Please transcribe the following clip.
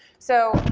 so,